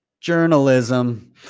journalism